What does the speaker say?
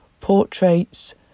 Portraits